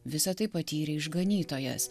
visa tai patyrė išganytojas